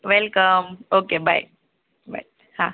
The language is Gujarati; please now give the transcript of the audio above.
વેલકમ ઓકે બાય બાય હા